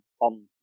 on